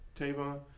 Tavon